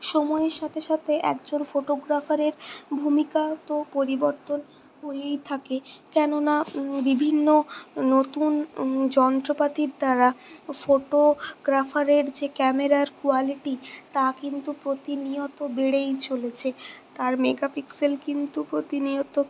সময়ের সাথে সাথে একজন ফোটোগ্রাফারের ভূমিকা তো পরিবর্তন হয়েই থাকে কেননা বিভিন্ন নতুন যন্ত্রপাতির দ্বারা ফোটোগ্রাফারের যে ক্যামেরার কোয়ালিটি তা কিন্তু প্রতিনিয়ত বেড়েই চলেছে তার মেগাপিক্সেল কিন্তু প্রতিনিয়ত